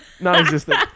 non-existent